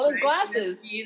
glasses